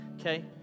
Okay